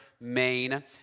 Maine